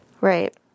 Right